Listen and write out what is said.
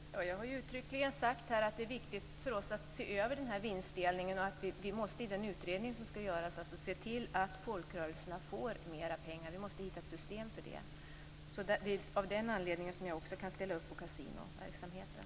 Fru talman! Jag har uttryckligen sagt att det är viktigt att se över vinstdelningen. Vi måste i den utredning som skall utföras se till att finna ett system så att folkrörelserna ges mer pengar. Det är av den anledningen som jag kan ställa upp på kasinoverksamheten.